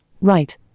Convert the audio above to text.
Right